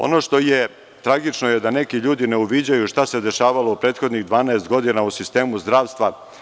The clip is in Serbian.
Ono što je tragično je da neki ljudi ne uviđaju šta se dešavalo u prethodnih 12 godina u sistemu zdravstva.